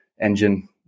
engine